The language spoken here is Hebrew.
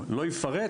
זה לא מציאותי,